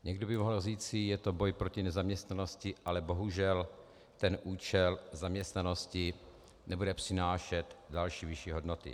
Někdo by mohl říci, že je to boj proti nezaměstnanosti, ale bohužel účel zaměstnanosti nebude přinášet další vyšší hodnoty.